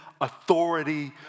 authority